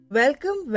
welcome